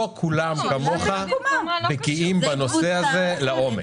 לא כולם כמוך בקיאים בנושא הזה לעומק.